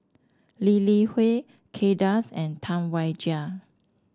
Lee Li Hui Kay Das and Tam Wai Jia